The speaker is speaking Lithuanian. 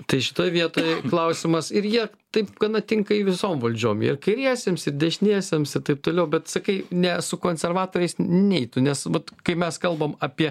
tai šitoj vietoj klausimas ir jie taip gana tinka į visom valdžiom ir kairiesiems ir dešiniesiems ir taip toliau bet sakai ne su konservatoriais neitų nes vat kai mes kalbam apie